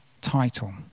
title